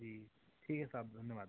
जी ठीक है साहब धन्यवाद